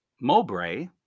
Mowbray